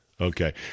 Okay